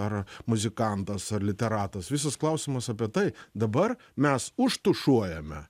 ar muzikantas ar literatas visus klausimus apie tai dabar mes užtušuojame